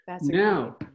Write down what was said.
Now